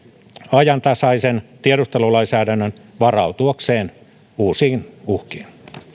ajantasaisen tiedustelulainsäädännön varautuakseen uusiin uhkiin